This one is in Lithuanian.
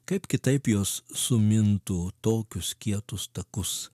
kaip kitaip jos sumintų tokius kietus takus